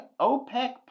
OPEC